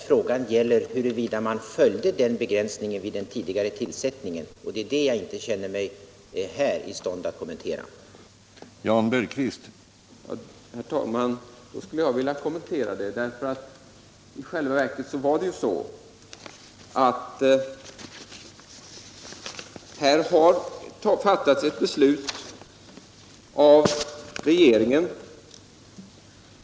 Frågan gäller huruvida man följde bestämmelsen vid den tidigare tillsättningen, och det är det jag inte känner mig i stånd att kommentera här.